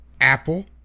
Apple